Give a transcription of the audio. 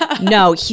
No